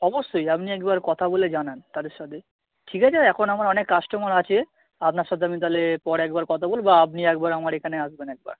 অবশ্যই আপনি একবার কথা বলে জানান তাদের সাথে ঠিক আছে এখন আমার অনেক কাস্টোমার আছে আপনার সাথে আমি তাহলে পরে একবার কথা বলবো বা আপনি একবার আমার এখানে আসবেন একবার